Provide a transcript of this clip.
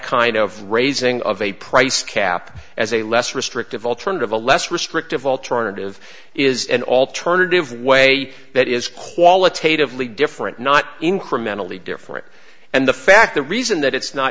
kind of raising of a price cap as a less restrictive alternative a less restrictive alternative is an alternative way that is qualitatively different not incrementally different and the fact the reason that it's not